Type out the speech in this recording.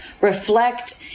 reflect